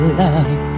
love